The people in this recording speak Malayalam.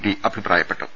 ടി അഭിപ്രായപ്പെട്ടു